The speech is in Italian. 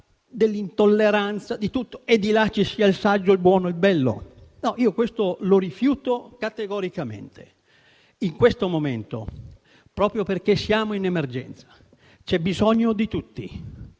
dell'intolleranza e di tutto e di là ci sia il saggio, il buono e il bello. No, io questo lo rifiuto categoricamente. In questo momento, proprio perché siamo in emergenza, c'è bisogno di tutti.